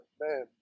man